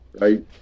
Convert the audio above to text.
right